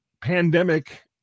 pandemic